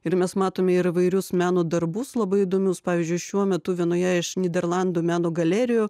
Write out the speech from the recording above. ir mes matome įvairius meno darbus labai įdomius pavyzdžiui šiuo metu vienoje iš nyderlandų meno galerijų